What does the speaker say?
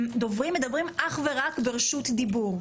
דוברים מדברים אך ורק ברשות דיבור.